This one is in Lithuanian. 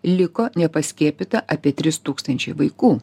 liko nepaskiepyta apie tris tūkstančiai vaikų